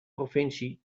provincie